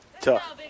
tough